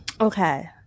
Okay